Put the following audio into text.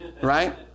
right